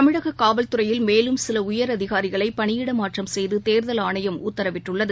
தமிழகக் காவல்துறையில் மேலும் சில உயர் அதிகாரிகளை பணியிட மாற்றம் செய்து தேர்தல் ஆணையம் உத்தரவிட்டுள்ளது